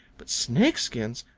but snake skins!